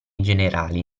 generali